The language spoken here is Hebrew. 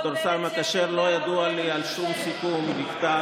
בתור שר מקשר לא ידוע לי על שום סיכום בכתב